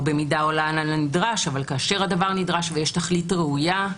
לא במידה העולה על הנדרש אבל כאשר הדבר נדרש ויש תכלית ראויה,